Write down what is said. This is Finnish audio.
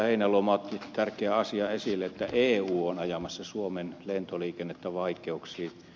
heinäluoma otti tärkeän asian esille että eu on ajamassa suomen lentoliikennettä vaikeuksiin